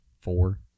Four